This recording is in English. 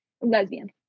lesbian